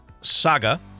saga